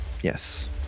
Yes